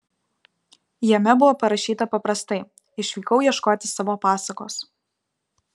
jame buvo parašyta paprastai išvykau ieškoti savo pasakos